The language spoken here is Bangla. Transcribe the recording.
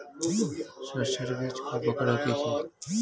শস্যের বীজ কয় প্রকার ও কি কি?